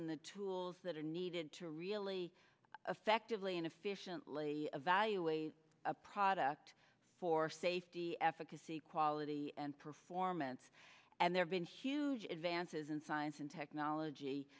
in the tools that are needed to really affective lee and efficiently evaluate a product for safety efficacy quality and performance and there's been huge advances in science and technology